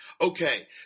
Okay